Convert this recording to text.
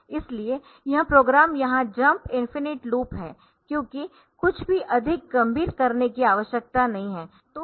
इसलिए यह प्रोग्राम यहां जम्प इनफिनिट लूप है क्योंकि कुछ भी अधिक गंभीर करने की आवश्यकता नहीं है